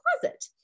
closet